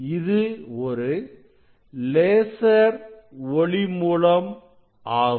இது ஒரு லேசர் ஒளி மூலம் ஆகும்